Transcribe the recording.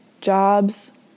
jobs